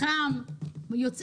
חברת הכנסת נירה שפק, בבקשה.